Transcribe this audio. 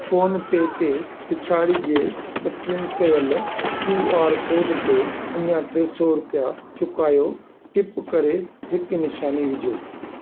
phone पे ते पिछाड़ीअ जे स्केन कयल क्यू आर कोड ते अञा टे सौ रुपिया चुकायो टिप करे हिक निशानी विझो